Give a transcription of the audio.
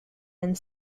and